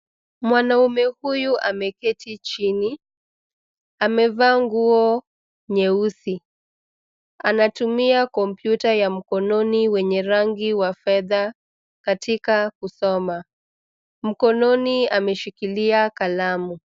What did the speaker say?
Mwanaume huyu ameketi chini. Amevaa nguo nyeusi. Anatumia kompyuta ya mkononi wenye rangi wa fedha katika kusoma. Mkononi ameshikilia kalamu.